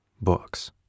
books